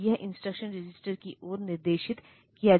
तो यह instruction register की ओर निर्देशित किया जाता है